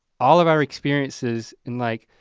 all of our experiences in like,